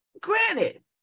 Granted